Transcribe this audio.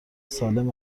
سالم